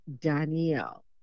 Danielle